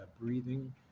breathing